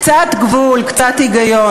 קצת גבול, קצת היגיון.